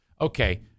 okay